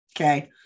okay